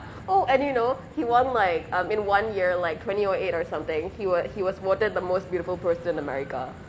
oh and you know he won like in one year like twenty eight or something he wa~ he was voted the most beautiful person in america